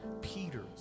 Peter